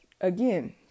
again